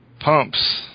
pumps